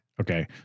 Okay